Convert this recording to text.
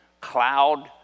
cloud